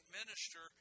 minister